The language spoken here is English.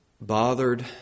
bothered